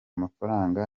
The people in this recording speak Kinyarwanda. mafaranga